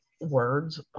words